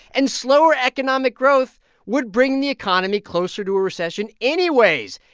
and slower economic growth would bring the economy closer to a recession anyways.